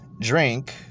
drink